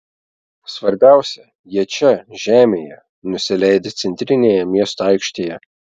svarbiausia jie čia žemėje nusileidę centrinėje miesto aikštėje